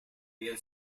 habían